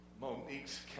Monique's